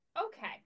Okay